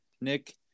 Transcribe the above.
Nick